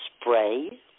spray